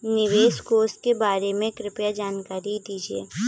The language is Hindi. निवेश कोष के बारे में कृपया जानकारी दीजिए